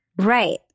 right